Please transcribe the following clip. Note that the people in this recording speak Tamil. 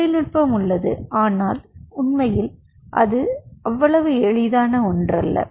தொழில்நுட்பம் உள்ளது ஆனால் உண்மையில் அது அவ்வளவு எளிதான ஒன்றல்ல